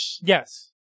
yes